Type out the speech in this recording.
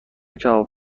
کباب